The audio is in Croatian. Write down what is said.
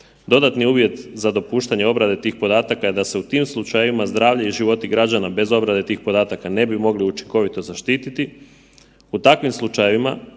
Dodatni uvjet za dopuštanje obrade tih podataka je da se u tim slučajevima zdravlje i životi građana bez obrade tih podataka ne bi mogli učinkovito zaštiti,